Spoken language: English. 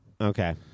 Okay